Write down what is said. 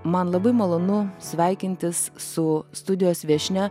man labai malonu sveikintis su studijos viešnia